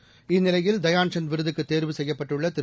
seconds இந்நிலையில் தயான்சந்த் விருதுக்கு தேர்வு செய்யப்பட்டுள்ள திரு